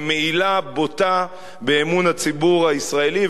ומעילה בוטה באמון הציבור הישראלי.